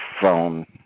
phone